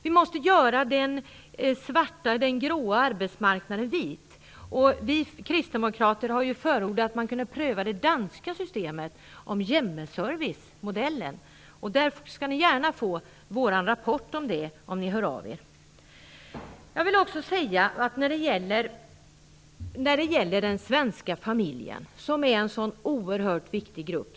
Vi måste göra den gråa arbetsmarknaden vit. Vi kristdemokrater har förordat att man kunde pröva det danska systemet om hjemmeservicemodellen. Ni skall gärna få vår rapport om det om ni hör av er. Den svenska familjen är att betrakta som en oerhört viktig grupp.